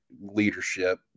leadership